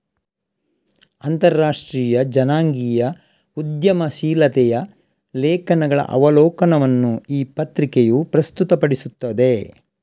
ಅಂತರರಾಷ್ಟ್ರೀಯ ಜನಾಂಗೀಯ ಉದ್ಯಮಶೀಲತೆಯ ಲೇಖನಗಳ ಅವಲೋಕನವನ್ನು ಈ ಪತ್ರಿಕೆಯು ಪ್ರಸ್ತುತಪಡಿಸುತ್ತದೆ